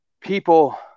people